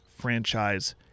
franchise